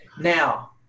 Now